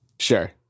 Sure